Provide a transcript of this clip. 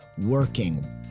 working